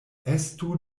estu